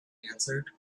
answered